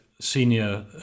senior